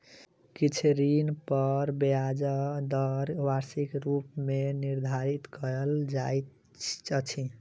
किछ ऋण पर ब्याज दर वार्षिक रूप मे निर्धारित कयल जाइत अछि